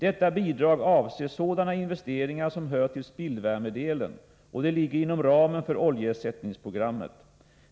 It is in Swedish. Detta bidrag avser sådana investeringar som hör till spillvärmedelen, och det ligger inom ramen för oljeersättningsprogrammet.